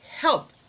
help